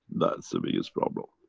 that's the biggest problem.